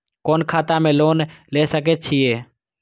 कोन खाता में लोन ले सके छिये?